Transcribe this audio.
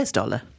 dollar